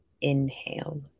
Inhale